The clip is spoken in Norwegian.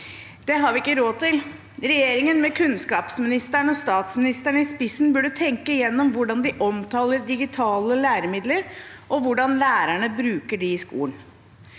Det har vi ikke råd til. Regjeringen, med kunnskapsministeren og statsministeren i spissen, burde tenke gjennom hvordan de omtaler digitale læremidler, og hvordan lærerne bruker disse i skolen.